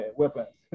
weapons